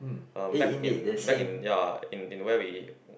uh back in back in ya in where we